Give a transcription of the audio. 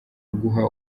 guha